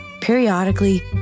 Periodically